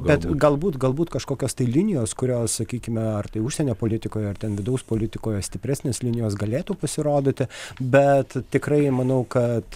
bet galbūt galbūt kažkokios tai linijos kurios sakykime ar tai užsienio politikoj ar ten vidaus politikoje stipresnės linijos galėtų pasirodyti bet tikrai manau kad